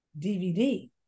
DVD